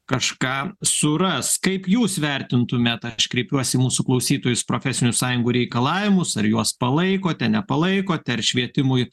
kažką suras kaip jūs vertintumėt aš kreipiuosi į mūsų klausytojus profesinių sąjungų reikalavimus ar juos palaikote nepalaikote ar švietimui